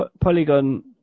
polygon